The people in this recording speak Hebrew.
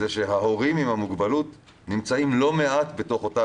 שההורים עם המוגבלות נמצאים לא מעט בתוך אותה